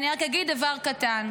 אני רק אגיד דבר קטן,